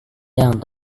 yang